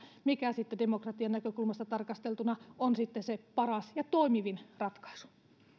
mikä demokratian näkökulmasta tarkasteltuna on sitten se paras ja toimivin ratkaisu